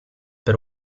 per